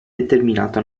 determinato